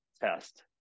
test